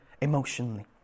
emotionally